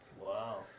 Wow